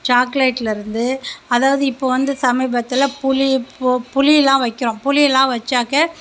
சாக்லேட்லருந்து அதாவது இப்போ வந்து சமீபத்தில் புளி புளிலாம் வைக்கிறோம் புளிலாம் வச்சாக்க